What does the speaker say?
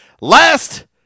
Last